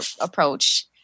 approach